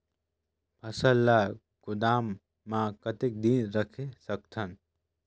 फसल ला गोदाम मां कतेक दिन रखे सकथन?